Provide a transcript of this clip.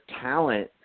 talent